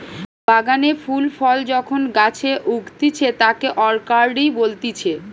বাগানে ফুল ফল যখন গাছে উগতিচে তাকে অরকার্ডই বলতিছে